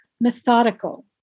methodical